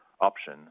option